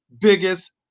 biggest